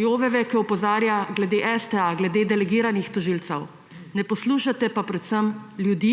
Jourove, ki opozarja glede STA, glede delegiranih tožilcev, ne poslušate pa predvsem ljudi,